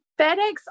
FedEx